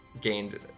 gained